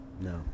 no